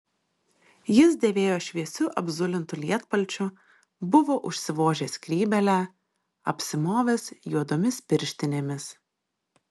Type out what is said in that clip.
jis dėvėjo šviesiu apzulintu lietpalčiu buvo užsivožęs skrybėlę apsimovęs juodomis pirštinėmis